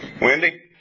Wendy